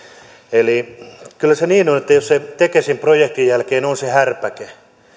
eli kyllä se niin on että jos tekesin projektin jälkeen on on se härpäke